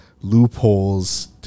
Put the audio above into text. loopholes